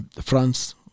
France